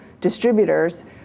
distributors